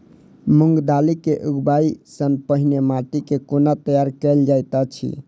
मूंग दालि केँ उगबाई सँ पहिने माटि केँ कोना तैयार कैल जाइत अछि?